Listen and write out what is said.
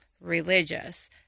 religious